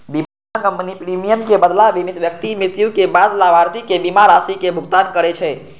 बीमा कंपनी प्रीमियमक बदला बीमित व्यक्ति मृत्युक बाद लाभार्थी कें बीमा राशिक भुगतान करै छै